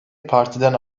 partiden